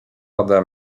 ode